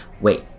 Wait